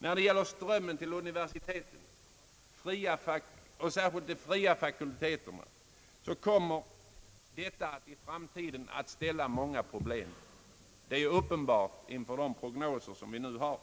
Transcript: Annars kommer strömmen till universitetens fria fakulteter att vålla många problem. Det är uppenbart med de prognoser som nu föreligger.